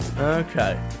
Okay